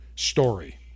story